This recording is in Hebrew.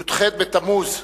י"ח בתמוז התש"ע,